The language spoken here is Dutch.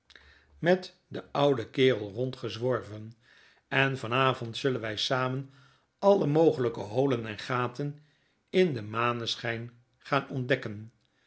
met den oudenkerelrondgezworven en van avond zullen wy samen alle mogelyke holen en gaten in den maneschyn gaan ontdekken